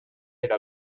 era